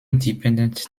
dependent